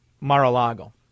Mar-a-Lago